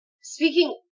speaking